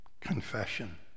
confession